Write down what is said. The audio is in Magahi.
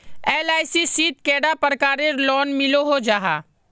एल.आई.सी शित कैडा प्रकारेर लोन मिलोहो जाहा?